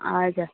हजुर